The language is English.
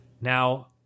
Now